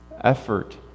effort